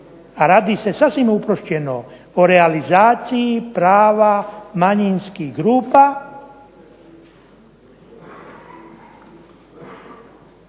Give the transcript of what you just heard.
radi se sasvim ... o realizaciji prava manjinskih grupa,